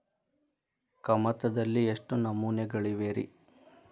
ಕಮತದಲ್ಲಿ ಎಷ್ಟು ನಮೂನೆಗಳಿವೆ ರಿ?